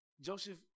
Joseph